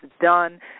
done